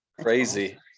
Crazy